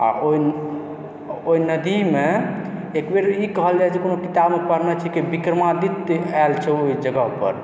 आओर ओइ ओइ नदीमे एकबेर ई कहल जाइ जे कोनो किताबमे पढने छी कि विक्रमादित्य आयल छै ओइ जगहपर